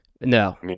No